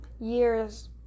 years